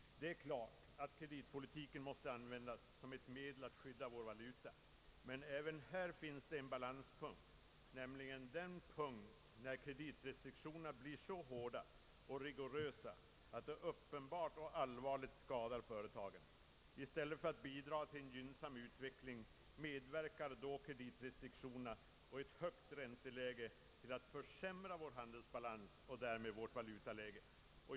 Det är klart att kreditpolitiken måste användas som ett medel att skydda vår valuta. Men även här finns en balanspunkt, nämligen den punkt där kreditrestriktionerna blir så hårda och rigorösa att de uppenbart och allvarligt skadar företagen. I stället för att bidra till en gynnsam utveckling medverkar då kreditrestriktionerna och ett högt ränteläge till att försämra vår handelsbalans och därmed vårt valutaläge.